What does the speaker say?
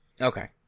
Okay